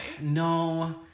No